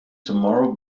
tomorrow